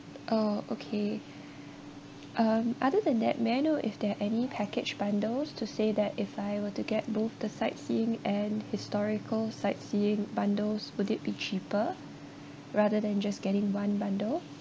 oh okay um other than that may I know if there are any package bundles to say that if I were to get both the sightseeing and historical sightseeing bundles would it be cheaper rather than just getting one bundle